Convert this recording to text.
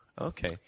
okay